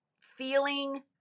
feeling